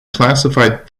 classified